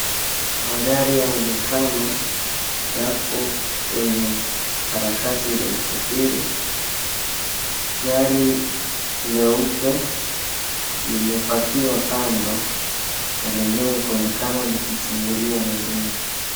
Magari yaonekana yako kwenye harakati za usafiri, gari leupe lililopakiwa kando na lingine kuonekana likichungulia na nyuma.